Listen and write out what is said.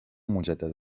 مجدد